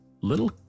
little